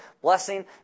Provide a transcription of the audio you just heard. blessing